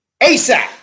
ASAP